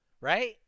right